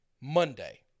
Monday